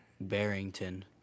Barrington